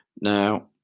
Now